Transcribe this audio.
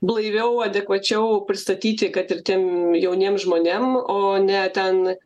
blaiviau adekvačiau pristatyti kad ir tiem jauniem žmonėm o ne ten